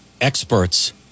experts